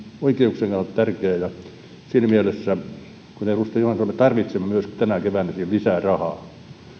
oikeuksien kannalta tärkeä siinä mielessä kuten edustaja juhantalo sanoi me tarvitsemme myös tänä keväänä siihen lisää rahaa